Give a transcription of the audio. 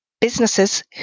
businesses